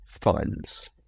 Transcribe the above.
funds